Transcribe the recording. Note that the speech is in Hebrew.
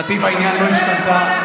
עמדתי בעניין לא השתנתה.